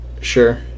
sure